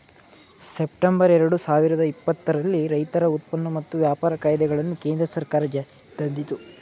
September ಎರಡು ಸಾವಿರದ ಇಪ್ಪತ್ತರಲ್ಲಿ ರೈತರ ಉತ್ಪನ್ನ ಮತ್ತು ವ್ಯಾಪಾರ ಕಾಯ್ದೆಗಳನ್ನು ಕೇಂದ್ರ ಸರ್ಕಾರ ಜಾರಿಗೆ ತಂದಿತು